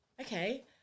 okay